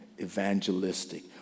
evangelistic